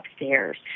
upstairs